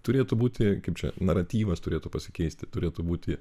turėtų būti kaip čia naratyvas turėtų pasikeisti turėtų būti